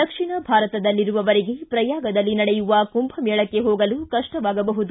ದಕ್ಷಿಣ ಭಾರತದಲ್ಲಿರುವವರಿಗೆ ಪ್ರಯಾಗದಲ್ಲಿ ನಡೆಯುವ ಕುಂಭಮೇಳಕ್ಕೆ ಹೋಗಲು ಕಷ್ಟವಾಗಬಹುದು